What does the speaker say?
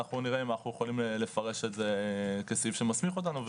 ואנחנו נראה אם אנחנו יכולים לפרש את זה כסעיף שמסמיך אותנו.